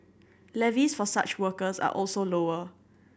levies for such workers are also lower